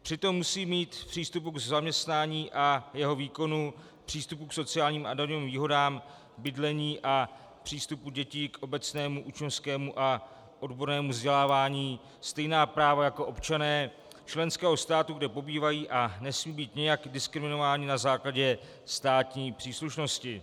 Přitom musí mít v přístupu k zaměstnání a jeho výkonu, přístupu k sociálním a daňovým výhodám, bydlení a přístupu dětí k obecnému, učňovskému a odbornému vzdělávání stejná práva jako občané členského státu, kde pobývají, a nesmí být nijak diskriminováni na základě státní příslušnosti.